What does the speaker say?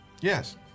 Yes